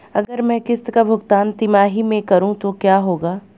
अगर मैं किश्त का भुगतान तिमाही में करूं तो क्या होगा?